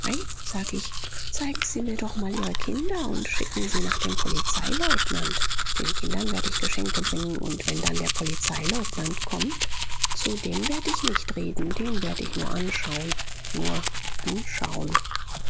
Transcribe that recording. sag ich zeigen sie mir doch mal ihre kinder und schicken sie nach dem polizeileutnant den kindern werd ich geschenke bringen und wenn dann der polizeileutnant kommt zu dem werd ich nicht reden den werd ich nur anschauen nur anschauen